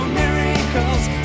miracles